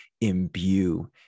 imbue